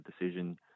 decision